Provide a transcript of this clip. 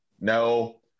No